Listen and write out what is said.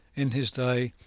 in his day,